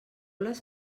les